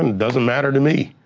um doesn't matter to me.